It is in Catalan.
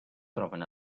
troben